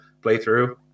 playthrough